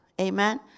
Amen